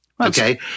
Okay